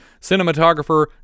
Cinematographer